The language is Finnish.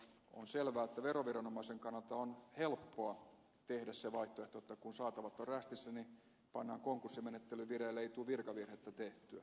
on selvää että veroviranomaisen kannalta on helppoa tehdä se vaihtoehto että kun saatavat ovat rästissä niin pannaan konkurssimenettely vireille ei tule virkavirhettä tehtyä perinteisessä ajattelussa